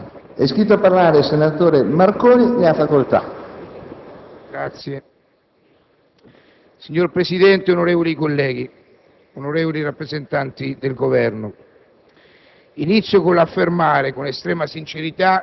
Signor Presidente, onorevoli colleghi, onorevoli rappresentanti del Governo,